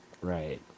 Right